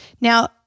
Now